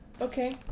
okay